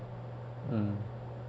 mm